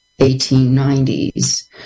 1890s